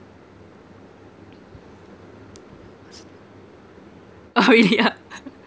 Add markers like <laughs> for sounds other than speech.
oh yeah <laughs>